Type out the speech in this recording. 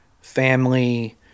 Family